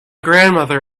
grandmother